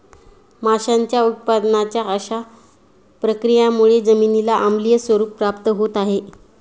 माशांच्या उत्पादनाच्या अशा प्रक्रियांमुळे जमिनीला आम्लीय स्वरूप प्राप्त होत आहे